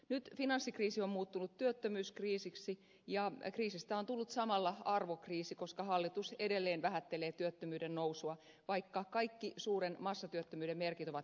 nyt finanssikriisi on muuttunut työttömyyskriisiksi ja kriisistä on tullut samalla arvokriisi koska hallitus edelleen vähättelee työttömyyden nousua vaikka kaikki suuren massatyöttömyyden merkit ovat ilmassa